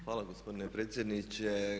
Hvala gospodine predsjedniče.